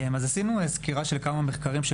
עשינו סקירה של כמה מחקרים מהעולם